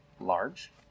large